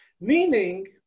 Meaning